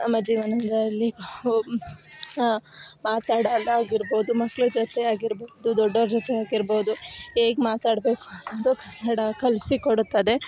ನಮ್ಮ ಜೀವನದಲ್ಲಿ ಹೋ ಹಾಂ ಮಾತಾಡಲು ಆಗಿರ್ಬೋದು ಮಕ್ಕಳ ಜೊತೆ ಆಗಿರ್ಬೋದು ದೊಡ್ಡವ್ರ ಜೊತೆ ಆಗಿರ್ಬೋದು ಹೇಗ್ ಮಾತಾಡಬೇಕು ಅನ್ನೋದು ಕನ್ನಡ ಕಲಿಸಿ ಕೊಡುತ್ತದೆ